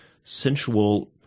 sensual